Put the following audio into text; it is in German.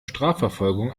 strafverfolgung